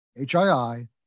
HII